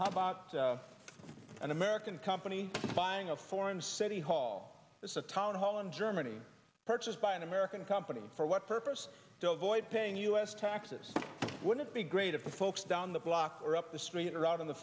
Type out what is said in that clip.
how about an american company buying a foreign city hall it's a town hall in germany purchased by an american company for what purpose to avoid paying u s taxes would it be great if the folks down the block or up the street or out on the